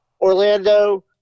Orlando